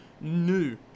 new